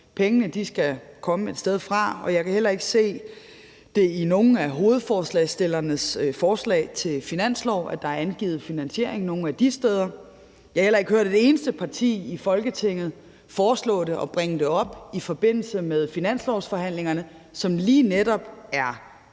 Pengene skal komme et sted fra, og jeg kan heller ikke i nogen af hovedforslagsstillernes forslag til en finanslov se, at der er angivet en finansiering til det. Jeg har heller ikke hørt et eneste parti i Folketinget foreslå det og bringe det op i forbindelse med finanslovsforhandlingerne, som lige netop er